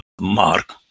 Mark